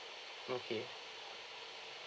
okay